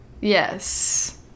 yes